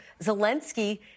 Zelensky